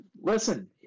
listen